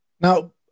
Now